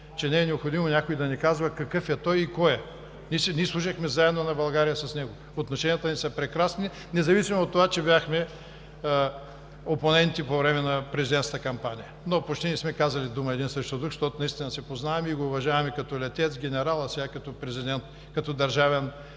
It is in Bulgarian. че не е необходимо някой да ни казва какъв е той, и кой е. Ние с него служехме заедно на България. Отношенията ни са прекрасни, независимо от това, че бяхме опоненти по време на президентската кампания, но почти не сме казали дума един срещу друг, защото наистина се познаваме и го уважаваме като летец, генерал, а сега като президент, като държавен